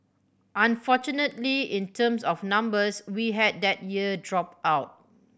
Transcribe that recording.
unfortunately in terms of numbers we had that year drop out